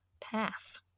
path